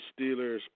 Steelers